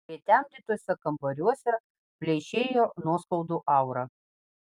pritemdytuose kambariuose pleišėjo nuoskaudų aura